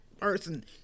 person